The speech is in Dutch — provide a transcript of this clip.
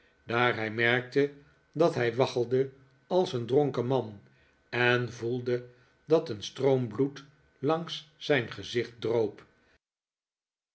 daar hij merkte dat hij waggelde als een dronken man en voelde dat een stroom bloed langs zijn gezicht droop